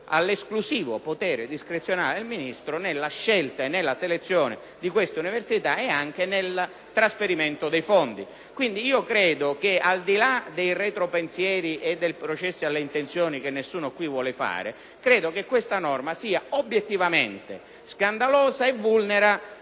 all'esclusivo potere discrezionale del Ministro la scelta e la selezione di queste università, come pure il trasferimento dei fondi. Quindi, al di là lei retropensieri e dei processi alle intenzioni, che nessuno qui vuole fare, credo che questa norma sia obiettivamente scandalosa e che vulneri